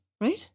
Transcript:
Right